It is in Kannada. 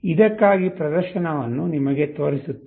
ಇದಕ್ಕಾಗಿ ಪ್ರದರ್ಶನವನ್ನು ನಿಮಗೆ ತೋರಿಸುತ್ತೇವೆ